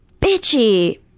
bitchy